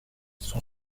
son